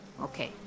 Okay